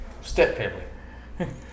Step-family